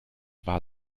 war